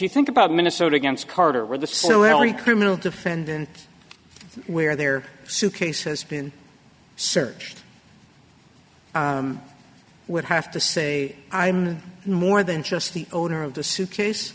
you think about minnesota against carter or the so every criminal defendant where there suitcase has been searched i would have to say i'm more than just the owner of the suitcase